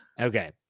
Okay